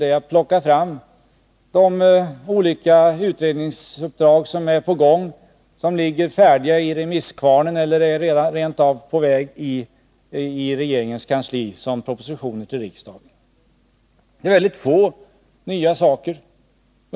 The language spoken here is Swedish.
Jag har redovisat de olika utredningsuppdrag som är på gång, som ligger i remisskvarnen eller som rent av håller på att bli propositioner till riksdagen. Det är väldigt få nya saker.